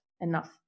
enough